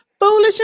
foolish